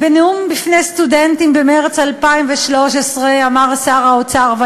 בנאום בפני סטודנטים במרס 2013 אמר שר האוצר: